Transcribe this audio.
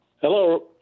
Hello